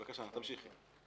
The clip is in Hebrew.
בבקשה, תמשיכי.